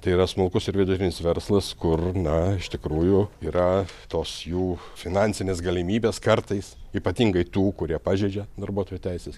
tai yra smulkus ir vidutinis verslas kur na iš tikrųjų yra tos jų finansinės galimybės kartais ypatingai tų kurie pažeidžia darbuotojų teises